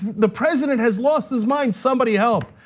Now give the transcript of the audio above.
the president has lost his mind, somebody help.